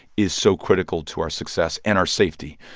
is so critical to our success and our safety.